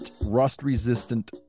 rust-resistant